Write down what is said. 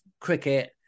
cricket